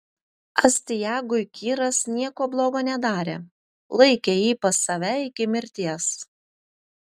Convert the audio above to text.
astiagui kyras nieko blogo nedarė laikė jį pas save iki mirties